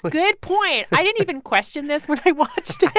but good point. i didn't even question this when i watched it,